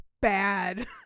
bad